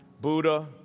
Buddha